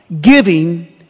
Giving